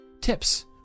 Tips